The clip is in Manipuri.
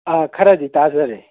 ꯑꯥ ꯈꯔꯗꯤ ꯇꯥꯖꯔꯦ